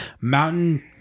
Mountain